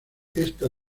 esta